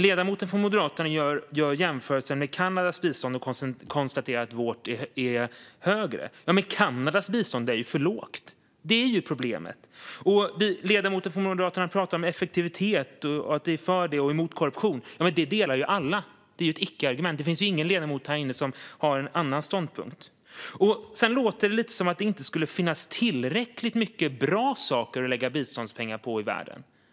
Ledamoten från Moderaterna gör en jämförelse med Kanadas bistånd och konstaterar att vårt bistånd är högre. Ja, men Kanadas bistånd är ju för lågt. Det är det som är problemet. Ledamoten från Moderaterna pratar också om effektivitet och säger sig vara för det och mot korruption. Ja, men den ståndpunkten delar alla. Det är ett icke-argument. Det finns ingen ledamot här inne som har en annan ståndpunkt. Sedan låter det lite som att det inte skulle finnas tillräckligt mycket bra saker att lägga biståndspengar på i världen.